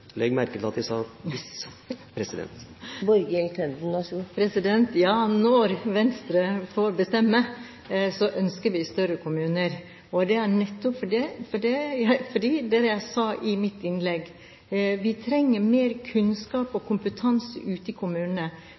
merke til at jeg sa «hvis». Når Venstre får bestemme, ønsker vi større kommuner. Det er nettopp på grunn av det jeg sa i mitt innlegg: Vi trenger mer kunnskap og kompetanse ute i kommunene.